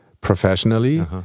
Professionally